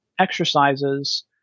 exercises